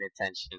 attention